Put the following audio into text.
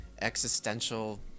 existential